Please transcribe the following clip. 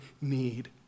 need